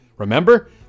Remember